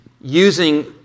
using